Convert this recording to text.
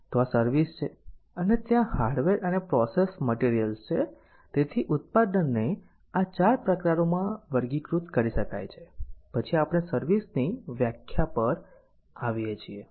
તો આ સર્વિસ છે અને ત્યાં હાર્ડવેર અને પ્રોસેસ્ડ મટિરિયલ્સ છે તેથી ઉત્પાદનને આ 4 પ્રકારોમાં વર્ગીકૃત કરી શકાય છે પછી આપણે સર્વિસ ની વ્યાખ્યા પર આવીએ છીએ